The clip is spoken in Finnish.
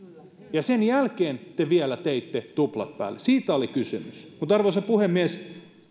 sen jälkeen te teitte vielä tuplat päälle siitä oli kysymys arvoisa puhemies